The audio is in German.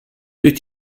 durch